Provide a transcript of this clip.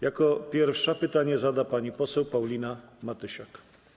Jako pierwsza pytanie zada pani poseł Paulina Matysiak.